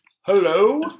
Hello